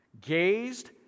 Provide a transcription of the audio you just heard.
gazed